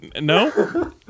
No